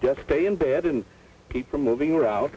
just stay in bed and keep from moving or out